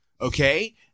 Okay